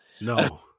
No